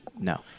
No